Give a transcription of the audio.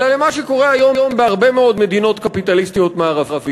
אלא למה שקורה היום בהרבה מאוד מדינות קפיטליסטיות מערביות.